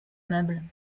meubles